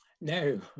No